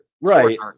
Right